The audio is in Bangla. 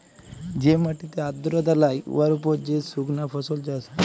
যে মাটিতে আর্দ্রতা লাই উয়ার উপর যে সুকনা ফসল চাষ হ্যয়